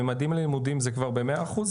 "ממדים ללימודים" זה כבר במאה אחוז?